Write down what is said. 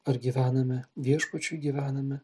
ar gyvename viešpačiui gyvename